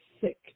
sick